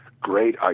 great